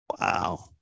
wow